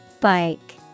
Bike